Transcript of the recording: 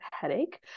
headache